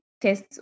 test